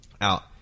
out